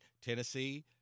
Tennessee